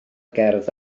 gerdd